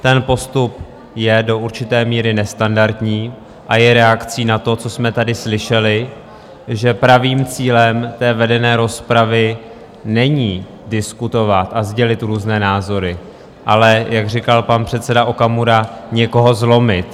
Ten postup je do určité míry nestandardní a je reakcí na to, co jsme tady slyšeli, že pravým cílem té vedené rozpravy není diskutovat a sdělit různé názory, ale, jak říkal pan předseda Okamura, někoho zlomit.